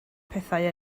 pethau